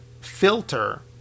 filter